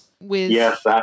Yes